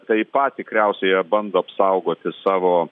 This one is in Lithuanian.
taip pat tikriausiai jie bando apsaugoti savo